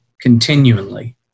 continually